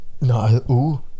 No